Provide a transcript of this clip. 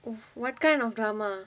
well what kind of drama